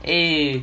eh